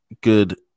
good